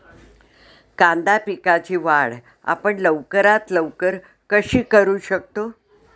कांदा पिकाची वाढ आपण लवकरात लवकर कशी करू शकतो?